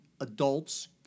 adults